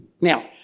Now